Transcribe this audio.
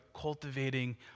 cultivating